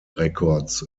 records